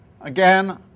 again